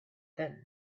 then